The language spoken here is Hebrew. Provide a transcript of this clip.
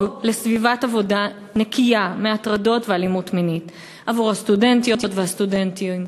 לסביבת עבודה נקייה מהטרדות ואלימות מינית עבור הסטודנטיות והסטודנטים,